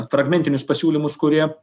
fragmentinius pasiūlymus kurie